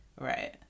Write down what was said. right